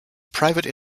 private